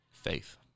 Faith